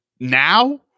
Now